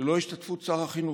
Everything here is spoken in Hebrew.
ללא השתתפות שר החינוך,